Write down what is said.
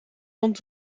rond